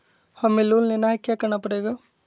हमें लोन लेना है क्या क्या करना पड़ेगा?